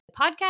Podcast